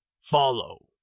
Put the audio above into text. Follow